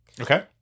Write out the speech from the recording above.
Okay